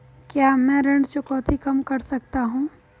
क्या मैं ऋण चुकौती कम कर सकता हूँ?